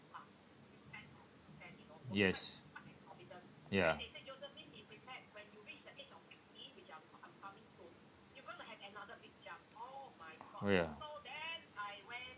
yes ya ya